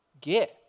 Get